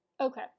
Okay